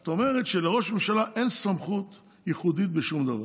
זאת אומרת שלראש ממשלה אין סמכות ייחודית בשום דבר,